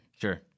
Sure